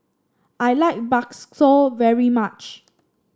I like bakso very much